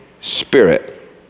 spirit